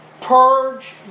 purge